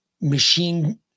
machine